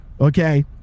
okay